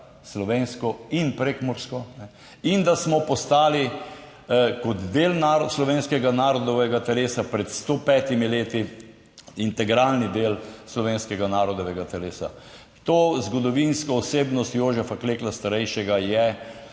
slovensko in prekmursko, in da smo postali kot del slovenskega narodovega telesa pred 105 leti, integralni del slovenskega narodovega telesa. To zgodovinsko osebnost Jožefa Klekla starejšega je